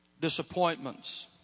disappointments